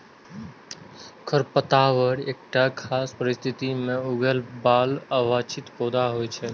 खरपतवार एकटा खास परिस्थिति मे उगय बला अवांछित पौधा होइ छै